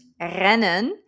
rennen